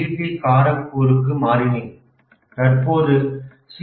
D கரக்பூருக்கு மாறினேன் தற்போது சி